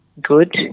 good